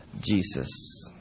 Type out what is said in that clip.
Jesus